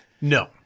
No